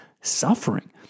suffering